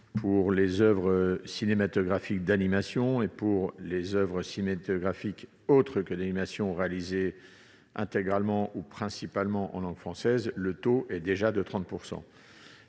pour les oeuvres cinématographiques d'animation et les oeuvres cinématographiques autres que d'animation réalisées intégralement ou principalement en langue française, le taux est déjà de 30 %.